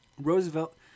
Roosevelt